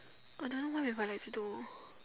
another one if I like to do